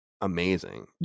amazing